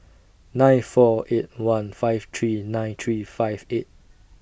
nine four eight one five three nine three five eight